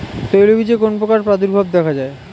তৈলবীজে কোন পোকার প্রাদুর্ভাব দেখা যায়?